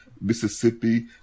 Mississippi